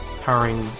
powering